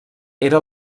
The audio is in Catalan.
era